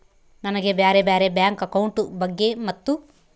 ನನಗೆ ಬ್ಯಾರೆ ಬ್ಯಾರೆ ಬ್ಯಾಂಕ್ ಅಕೌಂಟ್ ಬಗ್ಗೆ ಮತ್ತು?